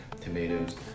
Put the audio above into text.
tomatoes